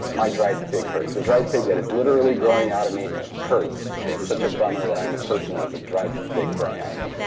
my dried fig hurts. the dried fig that is literally growing out of me hurts, and it's such a bummer that i'm a person that has a dried fig growing out of me.